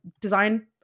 design